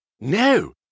No